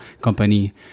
company